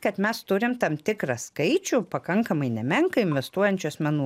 kad mes turim tam tikrą skaičių pakankamai nemenką investuojančių asmenų